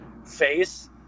face